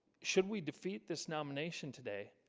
should we defeat this nomination today.